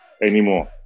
anymore